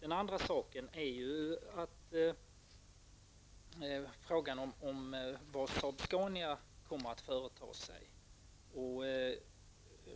En annan sak är frågan vad Saab-Scania kommer att företa sig.